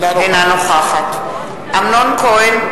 אינה נוכחת אמנון כהן,